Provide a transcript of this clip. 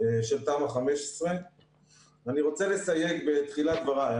של תמ"א 15. אני רוצה לסייג בתחילת דבריי.